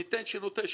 שניתן שירותי דת.